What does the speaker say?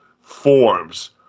forms